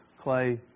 clay